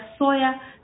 soya